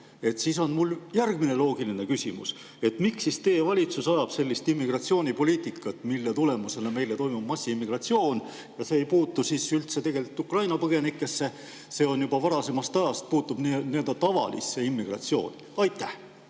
siis on mul järgmine loogiline küsimus. Miks siis teie valitsus ajab sellist immigratsioonipoliitikat, mille tulemusena meil toimub massiimmigratsioon? See ei puutu üldse tegelikult Ukraina põgenikesse, see on olnud juba varasemal ajal, see puutub nii-öelda tavalisse immigratsiooni.